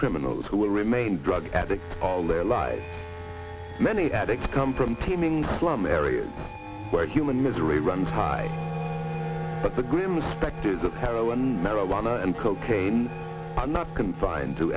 criminals who will remain drug addicts all their lives many addicts come from teeming slum areas where human misery runs high but the grim specters of heroin marijuana and cocaine are not confined to